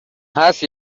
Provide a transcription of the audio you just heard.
هست